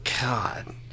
god